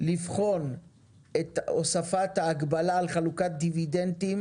לבחון את הוספת ההגבלה על חלוקת דיבידנדים